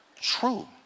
true